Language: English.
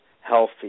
healthy